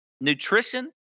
nutrition